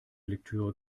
lektüre